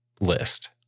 list